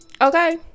Okay